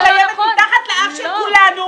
אין רכש גומלין.